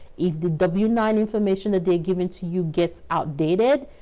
if the w nine information that they are giving to you gets. outdated,